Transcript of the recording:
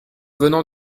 venant